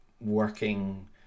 working